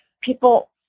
people